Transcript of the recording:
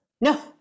No